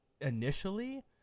initially